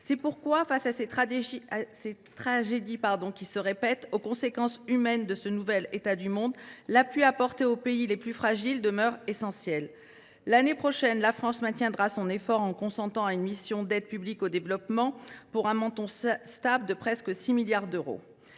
C’est pourquoi, face à ces tragédies qui se répètent, face aux conséquences humaines de ce nouvel état du monde, l’appui apporté aux pays les plus fragiles demeure essentiel. L’année prochaine, la France maintiendra son effort en consacrant à la mission « Aide publique au développement » un montant stable de presque 6 milliards d’euros.